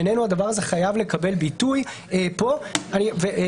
בעינינו הדבר הזה חייב לקבל ביטוי פה בהסמכה.